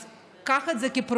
אז קח את זה כפרויקט